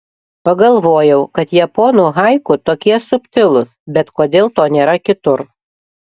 pagalvojau kad japonų haiku tokie subtilūs bet kodėl to nėra kitur